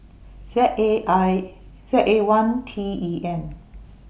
Z A I Z A one T E N